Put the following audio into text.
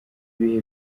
ibihe